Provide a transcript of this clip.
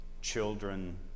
children